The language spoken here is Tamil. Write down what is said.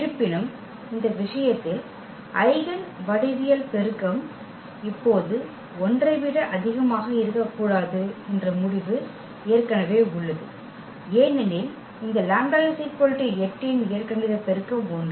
இருப்பினும் இந்த விஷயத்தில் ஐகென் வடிவியல் பெருக்கம் இப்போது 1 ஐ விட அதிகமாக இருக்கக்கூடாது என்ற முடிவு ஏற்கனவே உள்ளது ஏனெனில் இந்த λ 8 இன் இயற்கணித பெருக்கம் 1